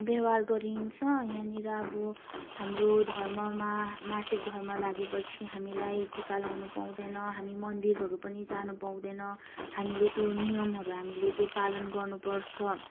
व्यवहार गरिन्छ अनि यहाँनिर अब हाम्रो धर्ममा मासिक धर्म लागेपछि हामीलाई टिका लगाउनु पाउँदैन हामी मन्दिरहरू पनि जान पाउँदैन हामीले त्यो नियमहरू हामीले त्यो पालन गर्नुपर्छ